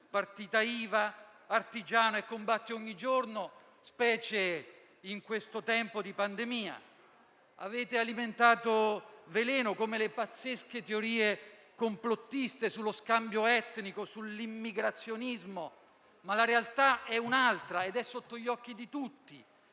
partita IVA, artigiano, e combatte ogni giorno, specie in questo tempo di pandemia. Avete alimentato veleno, come le pazzesche teorie complottiste sullo scambio etnico, sull'immigrazionismo. Ma la realtà è un'altra ed è sotto gli occhi di tutti.